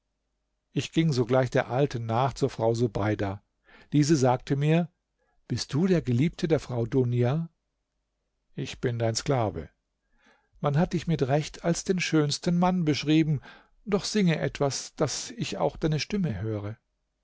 ich ging sogleich der alten nach zur frau subeida diese sagte mir bist du der geliebte der frau dunja ich bin dein sklave man hat dich mit recht als den schönsten mann beschrieben doch singe etwas daß ich auch deine stimme höre